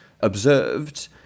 observed